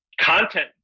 content